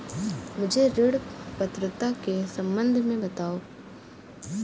मुझे ऋण पात्रता के सम्बन्ध में बताओ?